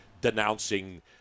denouncing